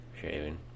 Shaving